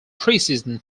preseason